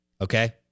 Okay